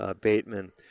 Bateman